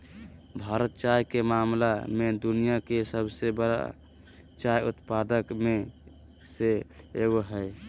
भारत चाय के मामला में दुनिया के सबसे बरा चाय उत्पादक में से एगो हइ